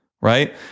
right